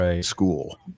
school